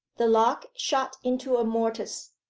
the lock shot into a mortice,